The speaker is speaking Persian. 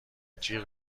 جیغ